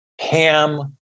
ham